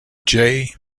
jay